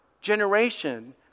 generation